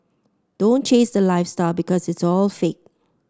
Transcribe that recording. don't chase the lifestyle because it's all fake